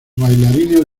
bailarines